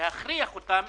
להכריח אותם